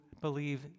believe